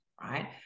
right